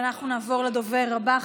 אנחנו נעבור לדובר הבא.